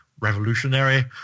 revolutionary